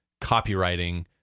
copywriting